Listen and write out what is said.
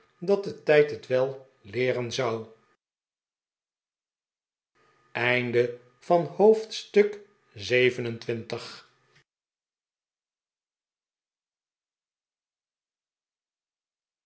dat de tijd het wel leeren zou